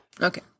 Okay